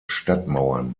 stadtmauern